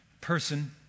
person